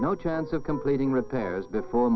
no chance of completing repairs before